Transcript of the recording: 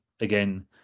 Again